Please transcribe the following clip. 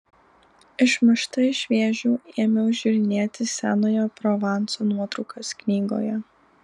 išmušta iš vėžių ėmiau žiūrinėti senojo provanso nuotraukas knygoje